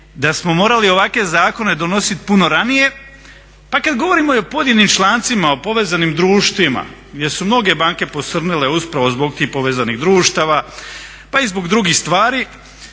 da smo morali ovakve zakone donositi puno ranije. Pa kad govorimo i o pojedinim člancima o povezanim društvima gdje su mnoge banke posrnule upravo zbog tih povezanih društava pa i zbog drugih stvari